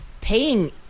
Paying